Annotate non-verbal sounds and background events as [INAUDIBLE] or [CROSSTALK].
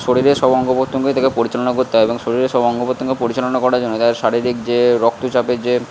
শরীরের সব অঙ্গ প্রত্যঙ্গ [UNINTELLIGIBLE] পরিচালনা করতে হয় এবং শরীরের সব অঙ্গ প্রত্যঙ্গের পরিচালনা করার জন্য তাদের শারীরিক যে রক্তচাপে যে